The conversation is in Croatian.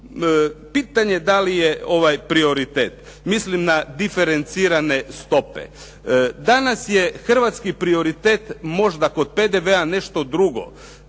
pitanje da li je ovaj prioritet. Mislim na diferencirane stope. Danas je hrvatski prioritet možda kod PDV-a nešto drugo